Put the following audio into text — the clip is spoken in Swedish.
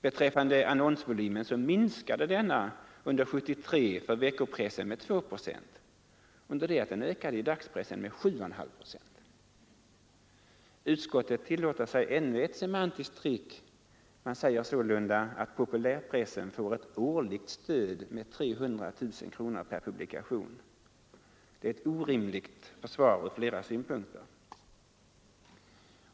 Beträffande annonsvolymen så minskade denna under 1973 för veckopressen med 2 procent — under det att den ökade för dagspressen med 7,5 procent. Utskottet tillåter sig ännu ett ”semantiskt trick”. Man säger sålunda att populärpressen får ett årligt stöd med 300 000 kronor per publikation. Det är ett orimligt försvar ur flera synpunkter.